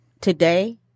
today